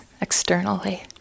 externally